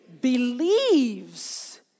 believes